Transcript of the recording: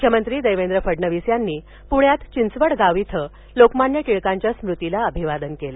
मुख्यमंत्री देवेंद्र फडणवीस यांनी प्ण्यात चिंचवडगाव इथ लोकमान्य टिळकांच्या स्मृतीला अभिवादन केलं